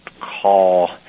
call